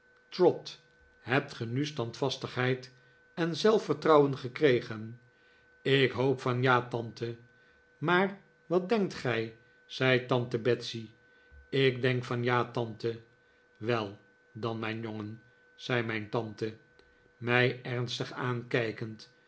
trot hebt ge nu standvastigheid en zelfvertrouwen gekregen ik hoop van ja tante maar wat denkt gij zei tante betsey ik denk van ja tante wel dan mijn jongen zei mijn tante mij ernstig aankijkend